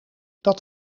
dat